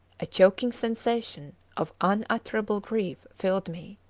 a choking sensation of unutterable grief filled me.